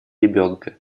ребенка